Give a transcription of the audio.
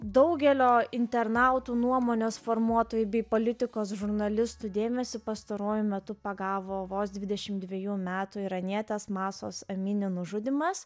daugelio internautų nuomonės formuotojų bei politikos žurnalistų dėmesį pastaruoju metu pagavo vos dvidešimt dvejų metų iranietės masos amini nužudymas